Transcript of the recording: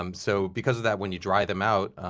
um so because of that, when you dry them out,